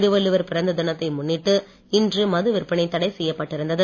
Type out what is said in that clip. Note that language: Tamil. திருவள்ளுவர் பிறந்த தினத்தை முன்னிட்டு இன்று மதுவிற்பனை தடை செய்யப்பட்டிருந்தது